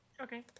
Okay